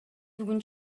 бүгүн